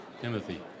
Timothy